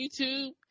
YouTube